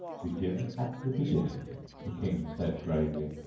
begin at the beginning the king said gravely,